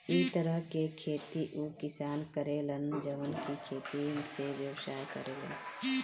इ तरह के खेती उ किसान करे लन जवन की खेती से व्यवसाय करेले